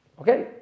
okay